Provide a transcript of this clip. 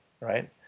right